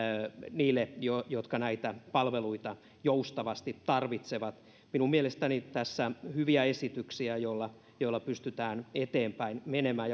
niille jotka näitä palveluita joustavasti tarvitsevat minun mielestäni tässä on hyviä esityksiä joilla joilla pystytään eteenpäin menemään